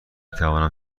توانم